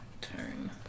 turn